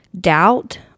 doubt